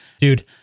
dude